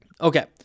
Okay